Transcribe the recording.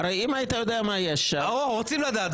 הרי אם היית יודע מה יש שם --- רוצים לדעת,